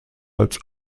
als